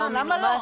מה, למה לא?